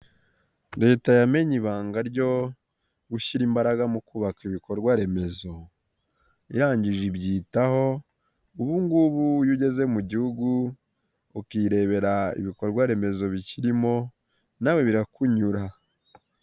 Leta yamenye ibanga ryo gushyira imbaraga mu kubaka ibikorwa remezo, irangije ibyitaho. Ubungubu iyo ugeze mu gihugu ukirebera ibikorwaremezo bikirimo nawe birakunyura.